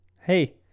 Hey